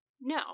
No